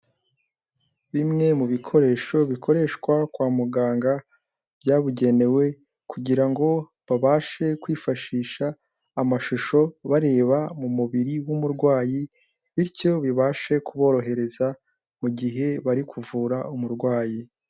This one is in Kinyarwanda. Bimwe mu bikoresho bikoreshwa kwa muganga byabugenewe kugira ngo babashe kwifashisha amashusho bareba mu mubiri w'umurwayi bityo bibashe kuborohereza mu gihe bari kuvura umurwayi.